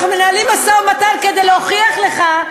אנחנו מנהלים משא-ומתן כדי להוכיח לך,